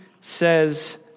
says